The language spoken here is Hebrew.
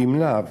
ואם לאו,